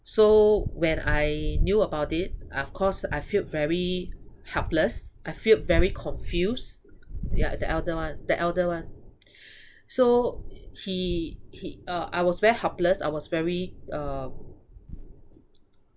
so when I knew about it of course I felt very helpless I felt very confused yeah the elder one the elder one so he he uh I was very helpless I was very uh